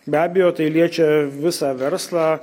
be abejo tai liečia visą verslą